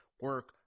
Work